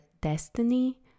destiny